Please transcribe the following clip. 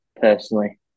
personally